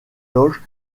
loges